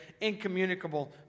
incommunicable